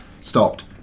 Stopped